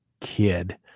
kid